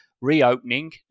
reopening